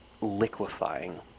liquefying